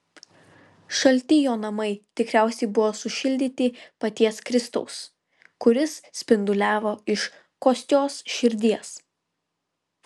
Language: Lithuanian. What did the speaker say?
šalti jo namai tikriausiai buvo sušildyti paties kristaus kuris spinduliavo iš kostios širdies